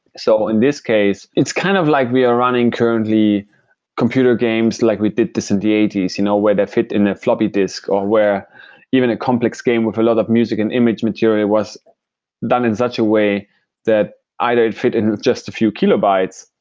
so in this case it's kind of like we are running currently computer games like we did this in the eighty s you know where they fit in a floppy disk, or where even a complex game with a lot of music and image material was done in such a way that either it fit in just a few kilobytes,